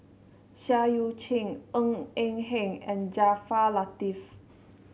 Seah Eu Chin Ng Eng Hen and Jaafar Latiff